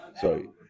Sorry